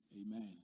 Amen